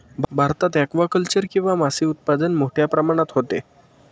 भारतात ॲक्वाकल्चर किंवा मासे उत्पादन मोठ्या प्रमाणात होते